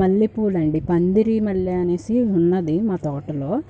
మల్లెపూలు అండి పందిరి మల్లె అనేసి ఉంది మా తోటలో